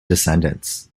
descendants